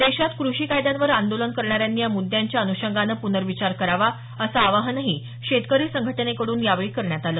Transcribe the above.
देशात कृषी कायद्यांवर आंदोलन करणाऱ्यांनी या मुद्यांच्या अनुषंगानं पूनर्विचार करावा असं आवाहनही शेतकरी संघटनेकडून यावेळी करण्यात आलं